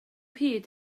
hyd